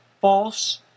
false